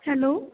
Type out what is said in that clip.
hello